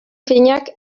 finak